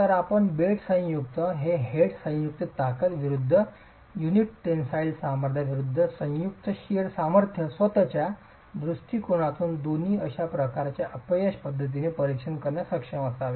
तर आपण बेड संयुक्त ते हेड संयुक्त ताकद विरूद्ध युनिट टेन्साइल सामर्थ्या विरूद्ध संयुक्त शिअर सामर्थ्य स्वतः या दृष्टीकोनातून दोन्ही अशा प्रकारच्या अपयश पद्धतींचे परीक्षण करण्यास सक्षम असावे